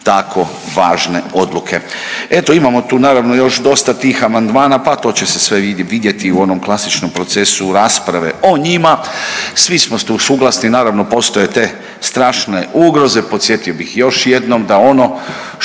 tako važne odluke. Eto, imamo tu naravno još dosta tih amandmana pa to će se sve vidjeti u onom klasičnom procesu rasprave o njima. Svi smo tu suglasni, naravno postoje te strašne ugroze. Podsjetio bih još jednom da ono